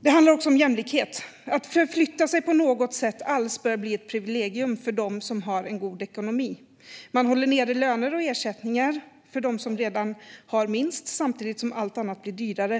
Det handlar också om jämlikhet. Att förflytta sig på något sätt alls börjar bli ett privilegium för dem som har en god ekonomi. Man håller nere löner och ersättningar för dem som redan har minst samtidigt som allt annat blir dyrare.